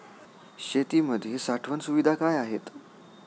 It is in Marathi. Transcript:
शेतीमध्ये साठवण सुविधा काय आहेत?